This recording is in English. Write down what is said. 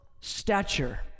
stature